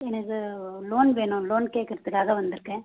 எனக்கு லோன் வேணும் லோன் கேட்கறத்துக்காதான் வந்திருக்கேன்